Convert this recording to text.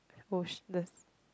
ocea~ the s~ the sea